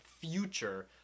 future